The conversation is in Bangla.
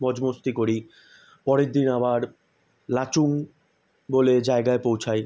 মৌজ মস্তি করি পরের দিন আবার লাচুং বলে জায়গায় পৌঁছাই